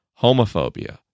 Homophobia